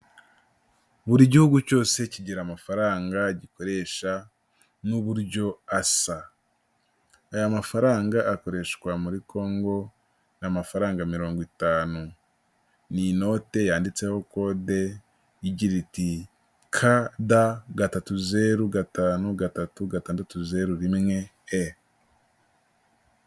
Buri gihugu cyose kigira amafaranga gikoresha n'uburyo asa, aya mafaranga akoreshwa muri Kongo, ni amafaranga mirongo itanu, ni inote yanditseho kode igira iti k,d, gatatu, zeru gatanu, gatatu, gatandatu, zeru, rimwe, e.